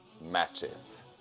matches